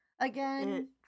again